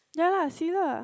ya lah see lah